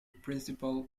principal